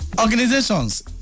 organizations